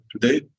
today